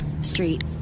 Street